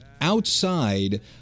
outside